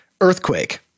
Earthquake